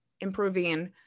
improving